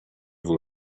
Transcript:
vos